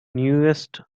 newest